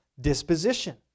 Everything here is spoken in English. disposition